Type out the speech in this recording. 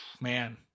man